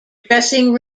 dressing